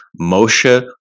Moshe